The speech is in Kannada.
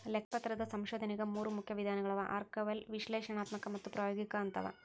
ಲೆಕ್ಕಪತ್ರದ ಸಂಶೋಧನೆಗ ಮೂರು ಮುಖ್ಯ ವಿಧಾನಗಳವ ಆರ್ಕೈವಲ್ ವಿಶ್ಲೇಷಣಾತ್ಮಕ ಮತ್ತು ಪ್ರಾಯೋಗಿಕ ಅಂತವ